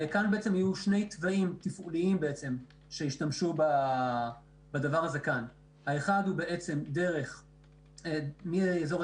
כאן בעצם יהיו שני תוואים תפעוליים שישתמשו בזה האחד הוא דרך הרצליה,